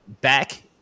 back